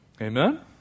Amen